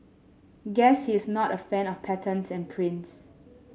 guess he's not a fan of patterns and prints